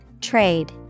Trade